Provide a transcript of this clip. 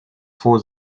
for